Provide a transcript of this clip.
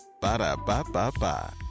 Ba-da-ba-ba-ba